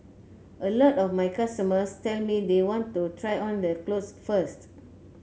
a lot of my customers tell me they want to try on the clothes first